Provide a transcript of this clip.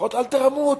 לפחות אל תרמו אותם.